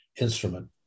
instrument